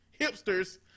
hipsters